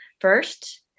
first